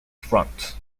front